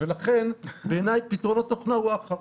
ולכן, בעיניי, פתרון התוכנה הוא האחרון.